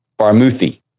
Barmuthi